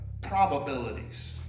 probabilities